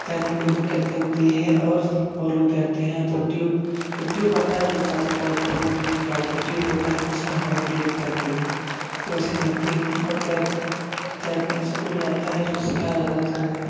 तैरने में कोई दिक्कत नहीं होती है और और लोग तैरते हैं तो ट्यूब एक ट्यूब आता है जो चार चक्का फोर विलर की गाड़ी का ट्यूब होता है उसमें हवा भरके लोग तैरते हैं तो ऐसे तैरते हैं और तैरने तैरना सबको नही आता है जो सिखाया जाता है